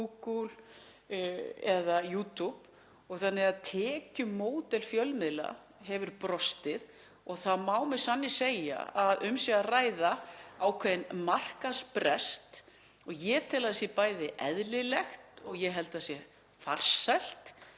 Google eða YouTube, þannig að tekjumódel fjölmiðla hefur brostið. Það má með sanni segja að um sé að ræða ákveðinn markaðsbrest. Ég tel að það sé bæði eðlilegt og ég held að það sé farsælt